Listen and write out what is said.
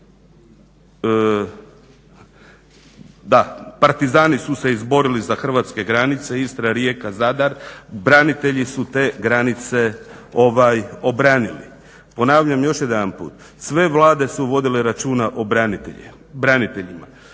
Da partizani su se izborili za hrvatske granice Istra, Rijeka, Zadar, branitelji su te granice obranili. Ponavljam još jedanput sve Vlade su vodile račune o braniteljima.